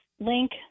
link